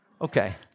Okay